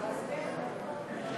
בוא תגיד לנו